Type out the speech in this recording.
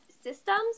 systems